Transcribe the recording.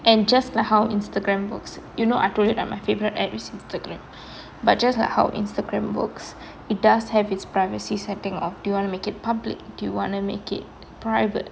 and just like how instagram works you know I told you right my favourite app is instagram but just like how instagram works it does have its privacy setting of do you wanna make it public do you wanna make it private